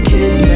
Kid's